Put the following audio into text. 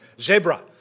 Zebra